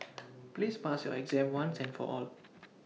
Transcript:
please pass your exam once and for all